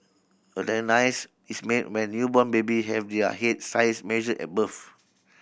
a diagnosis is made when newborn baby have their head size measured at birth